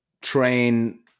train